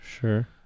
Sure